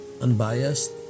unbiased